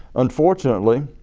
unfortunately,